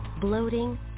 Bloating